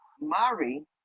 Mari